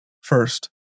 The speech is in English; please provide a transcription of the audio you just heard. First